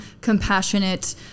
compassionate